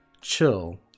chill